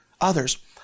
others